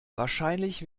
wahrscheinlich